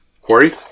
Quarry